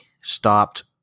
stopped